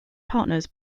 partners